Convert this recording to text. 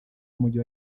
w’umujyi